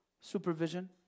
supervision